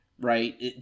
Right